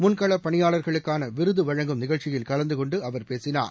முன்களப் பணியாளர்களுக்கான விருது வழங்கும் நிகழ்ச்சியில் கலந்து கொண்டு அவர் பேசினார்